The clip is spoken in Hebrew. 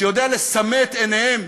שיודע לסמא את עיניהם